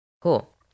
Cool